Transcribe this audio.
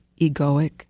egoic